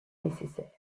nécessaire